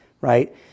right